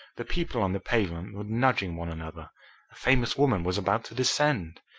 the people on the pavement were nudging one another a famous woman was about to descend.